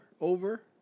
over